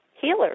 healers